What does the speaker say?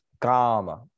karma